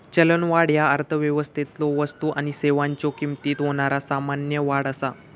चलनवाढ ह्या अर्थव्यवस्थेतलो वस्तू आणि सेवांच्यो किमतीत होणारा सामान्य वाढ असा